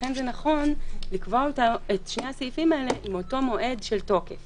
לכן נכון לקבוע את שני הסעיפים האלה עם אותו מועד של תוקף